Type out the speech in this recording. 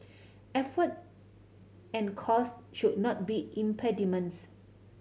effort and cost should not be impediments